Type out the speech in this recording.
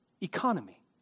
economy